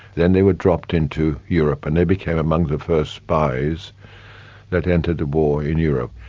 then they were dropped into europe, and they became among the first spies that entered the war in europe.